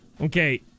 Okay